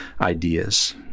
ideas